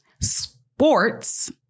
sports